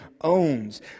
owns